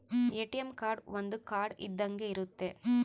ATM card ಒಂದ್ card ಇದ್ದಂಗೆ ಇರುತ್ತೆ